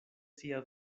sia